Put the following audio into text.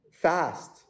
fast